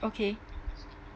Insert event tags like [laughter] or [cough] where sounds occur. [coughs] okay